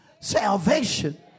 salvation